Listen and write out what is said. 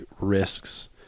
risks